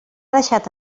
deixat